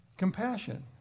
Compassion